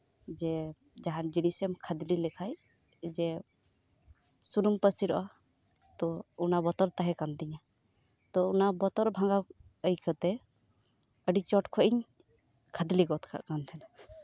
ᱡᱮ ᱡᱟᱦᱟᱱ ᱡᱤᱱᱤᱥᱮᱢ ᱠᱷᱟᱫᱽᱞᱤ ᱞᱮᱠᱷᱟᱱ ᱡᱮ ᱥᱩᱱᱩᱢ ᱯᱟᱹᱥᱤᱨᱚᱜᱼᱟ ᱛᱚ ᱚᱱᱟ ᱵᱚᱛᱚᱨ ᱛᱟᱦᱮᱸ ᱠᱟᱱᱛᱤᱧᱟᱹ ᱛᱚ ᱚᱱᱟ ᱵᱚᱛᱚᱨ ᱵᱷᱟᱸᱜᱟᱣ ᱟᱹᱭᱠᱟᱹᱛᱮ ᱟᱹᱰᱤ ᱪᱚᱴᱠᱷᱚᱱᱤᱧ ᱠᱷᱟᱫᱽᱞᱤ ᱜᱚᱫᱠᱟᱜ ᱠᱟᱱ ᱛᱟᱦᱮᱸᱫ